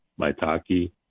maitake